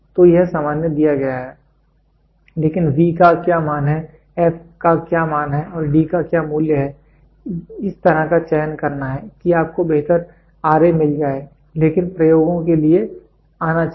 तो यह सामान्य दिया गया है लेकिन का क्या मान है f का क्या मान है और d का क्या मूल्य है इस तरह का चयन करना है कि आपको बेहतर मिल जाए लेकिन प्रयोगों के लिए आना चाहिए